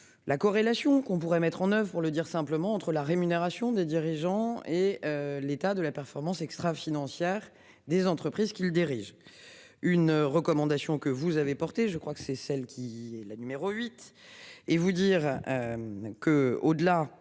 La corrélation qu'on pourrait mettre en oeuvre pour le dire simplement entre la rémunération des dirigeants et l'état de la performance extra- financière des entreprises qu'il dirige. Une recommandation que vous avez portée je crois que c'est celle qui est la numéro huit et vous dire. Que au-delà